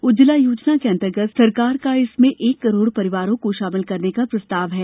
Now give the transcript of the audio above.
उज्ज्यला योजना के अंतर्गत सरकार ने इसमें एक करोड और परिवारों को शामिल करने का प्रस्ताव किया है